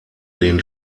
den